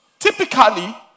Typically